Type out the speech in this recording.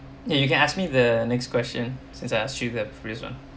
ya you can ask me the next question since I asked you the previous one